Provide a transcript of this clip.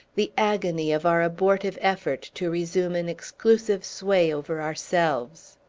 the agony, of our abortive effort to resume an exclusive sway over ourselves.